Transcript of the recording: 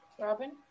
Robin